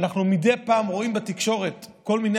אנחנו מדי פעם רואים בתקשורת כל מיני